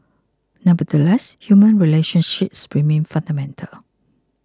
nevertheless human relationships remain fundamental